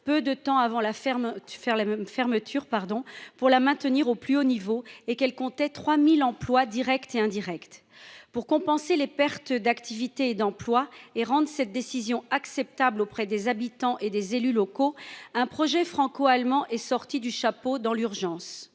peu de temps avant sa fermeture, pour la maintenir au plus haut niveau, et qu'en dépendaient 3 000 emplois directs et indirects. Pour compenser les pertes d'activité et d'emplois, et pour rendre cette décision acceptable auprès des habitants et des élus locaux, un projet franco-allemand a été sorti du chapeau, dans l'urgence.